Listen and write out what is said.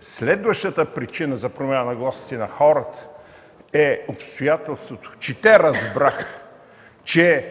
Следващата причина за промяна нагласите на хората е обстоятелството, че те разбраха, че